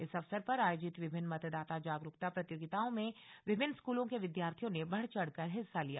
इस अवसर पर अयोजित विभिन्न मतदाता जागरुकता प्रतियोगिताओं में विभिन्न स्कूलों के विद्यार्थियों ने बढ़ चढ़कर हिस्सा लिया